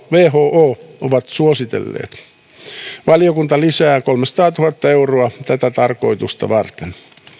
who ovat suositelleet valiokunta lisää kolmesataatuhatta euroa tätä tarkoitusta varten